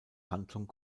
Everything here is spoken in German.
handlung